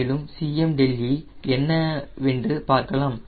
மேலும் Cme என்னவென்று பார்க்கலாம்